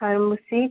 Thazhampoo street